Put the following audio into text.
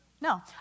No